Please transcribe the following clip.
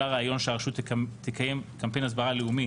עלה רעיון שהרשות תקיים קמפיין הסברה לאומי